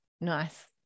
Nice